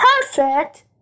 perfect